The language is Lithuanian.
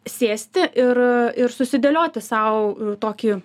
sėsti ir ir susidėlioti sau tokį